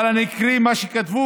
אני אקריא גם את מה שכתבו.